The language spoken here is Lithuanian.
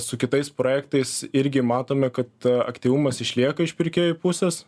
su kitais projektais irgi matome kad aktyvumas išlieka iš pirkėjų pusės